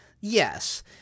Yes